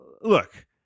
look